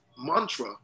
mantra